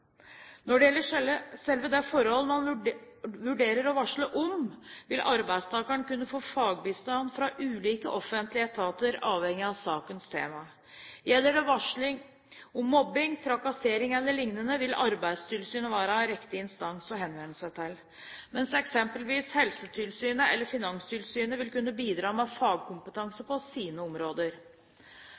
Når det gjelder selve det forhold man vurderer å varsle om, vil arbeidstakeren kunne få fagbistand fra ulike offentlige etater avhengig av sakens tema. Gjelder det varsling om mobbing, trakassering e.l., vil Arbeidstilsynet være riktig instans å henvende seg til, mens eksempelvis Helsetilsynet eller Finanstilsynet vil kunne bidra med fagkompetanse på sine områder.